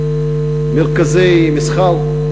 מרכזי מסחר,